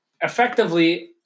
effectively